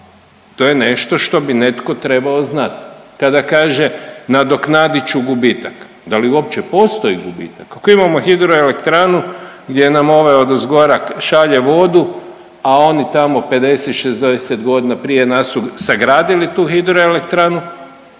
to je nešto što bi netko trebao znati. Kada kaže nadoknadit ću gubitak, da li uopće postoji gubitak? Ako imamo hidroelektranu gdje nam ovaj odozgora šalje vodu, a oni tamo 50-60.g. prije nas su sagradili tu hidroelektranu,